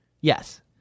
Yes